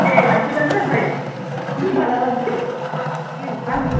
दे लांफैबानो जाबाय माला लांफैयो दोनसां